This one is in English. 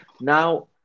Now